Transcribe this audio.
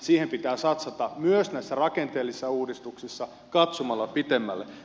siihen pitää satsata myös näissä rakenteellisissa uudistuksissa katsomalla pitemmälle